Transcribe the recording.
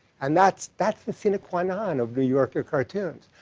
and that's that's the sine qua non of new yorker cartoons.